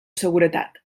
seguretat